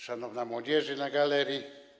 Szanowna Młodzieży na galerii!